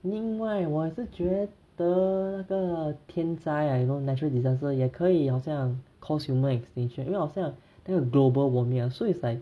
另外我也是觉得那个天灾 ah you know natural disaster 也可以好像 cause human extinction 因为好像 global warming ya so it's like